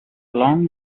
long